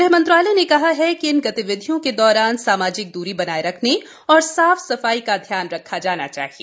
गृह मंत्रालय ने कहा कि इन गतिविधियों के दौरान सामाजिक द्री बनाये रखने और साफ सफाई का ध्यान रखा जाना चाहिये